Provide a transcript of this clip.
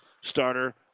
starter